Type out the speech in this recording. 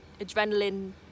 adrenaline